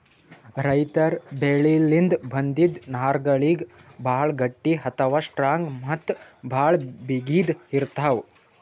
ರೈತರ್ ಬೆಳಿಲಿನ್ದ್ ಬಂದಿಂದ್ ನಾರ್ಗಳಿಗ್ ಭಾಳ್ ಗಟ್ಟಿ ಅಥವಾ ಸ್ಟ್ರಾಂಗ್ ಮತ್ತ್ ಭಾಳ್ ಬಿಗಿತ್ ಇರ್ತವ್